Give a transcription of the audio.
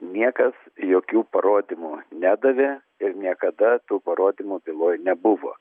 niekas jokių parodymų nedavė ir niekada tų parodymų byloj nebuvo